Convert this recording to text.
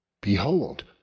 Behold